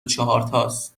چهارتاس